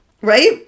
right